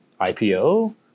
IPO